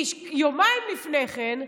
כי יומיים לפני כן,